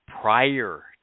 prior